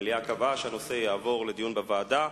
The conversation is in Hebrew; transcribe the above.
המליאה קבעה שהנושא יעבור לדיון בוועדה.